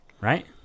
Right